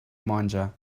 monja